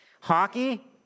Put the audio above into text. Hockey